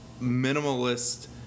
minimalist